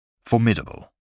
Formidable